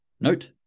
note